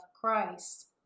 Christ